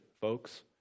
folks